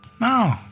No